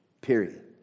period